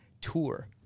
tour